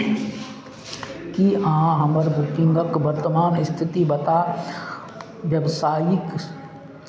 की अहाँ हमर बुकिंगक वर्तमान स्थिति बता व्यावसायिक